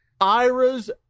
Ira's